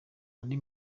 andi